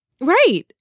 Right